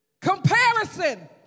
Comparison